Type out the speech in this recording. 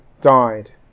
died